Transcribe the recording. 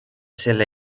selle